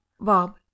bob